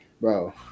bro